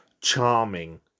charming